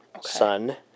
Son